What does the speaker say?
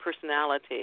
personality